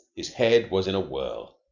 his head was in a whirl.